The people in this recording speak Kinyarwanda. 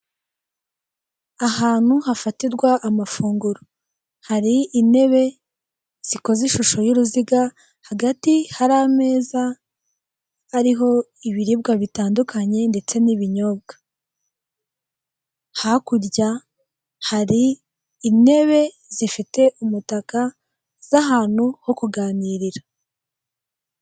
Ahantu hafatirwa amafunguro, hari intebe zikoze ishusho y'uruziga hagati hari ameza ariho ibiribwa bitandukanye ndetse n'ibinyobwa, hakurya hari intebe zifite umutaka z'ahantu ho kuganirira.